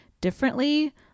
differently